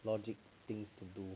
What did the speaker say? logic things to do